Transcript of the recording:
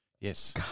Yes